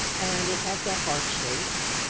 and it has that heart shape.